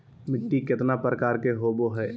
मिट्टी केतना प्रकार के होबो हाय?